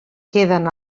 queden